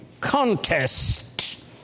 contest